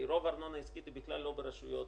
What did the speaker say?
רוב הארנונה העסקית היא בכלל לא ברשויות